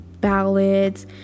ballads